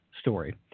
story